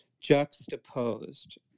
juxtaposed